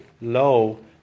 low